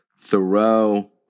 Thoreau